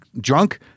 drunk